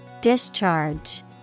Discharge